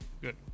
good